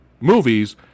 movies